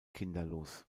kinderlos